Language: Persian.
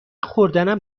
خوردنم